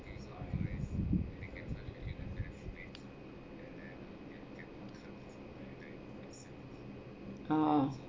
ah